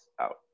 Out